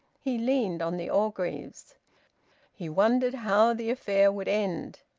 he leaned on the orgreaves he wondered how the affair would end?